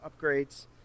upgrades